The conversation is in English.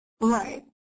Right